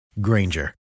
Granger